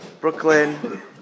Brooklyn